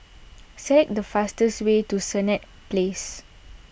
select the fastest way to Senett Place